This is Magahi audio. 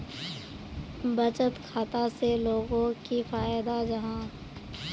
बचत खाता से लोगोक की फायदा जाहा?